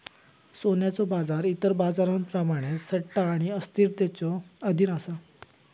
सोन्याचो बाजार इतर बाजारांप्रमाणेच सट्टा आणि अस्थिरतेच्यो अधीन असा